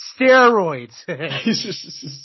steroids